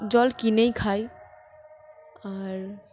জল কিনেই খাই আর